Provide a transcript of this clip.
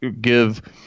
give